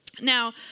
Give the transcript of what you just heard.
Now